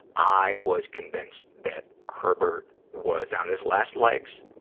i was convinced that herbert was on his last legs,